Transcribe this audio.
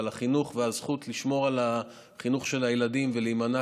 אבל החינוך והזכות לשמור על החינוך של הילדים ולהימנע